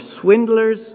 swindlers